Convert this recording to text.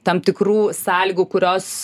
tam tikrų sąlygų kurios